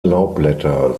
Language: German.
laubblätter